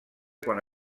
quan